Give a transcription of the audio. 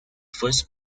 first